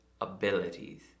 abilities